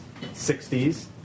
60s